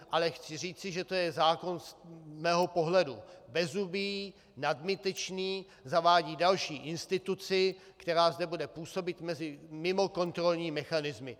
Ale chci říci, že to je zákon z mého pohledu bezzubý, nadbytečný, zavádí další instituci, která zde bude působit mezi mimokontrolními mechanismy.